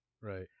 Right